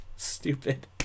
Stupid